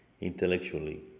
intellectually